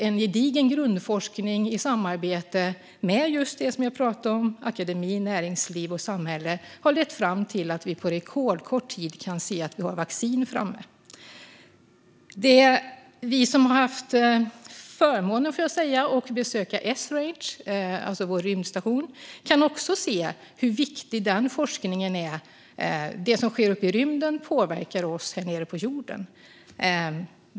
En gedigen grundforskning i samarbete med just det som jag talade om - akademi, näringsliv och samhälle - har lett fram till att vi på rekordkort tid har vaccin framme. Vi som haft förmånen att besöka Esrange, vår rymdstation, kan också se hur viktig den forskningen är och hur det som sker uppe i rymden påverkar oss här nere på jorden.